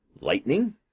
lightning